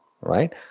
right